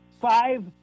five